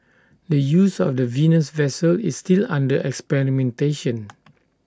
the use of the Venus vessel is still under experimentation